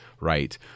right